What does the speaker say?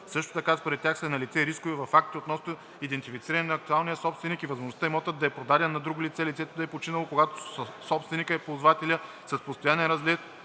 Също така според тях са налице и рискове във фактите относно идентифициране на актуалния собственик и възможността имотът да е продаден на друго лице, лицето да е починало, когато собственикът и ползвателят са с постоянен адрес